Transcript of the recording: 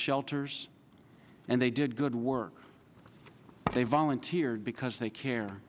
shelters and they did good work they volunteered because they care